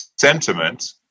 sentiment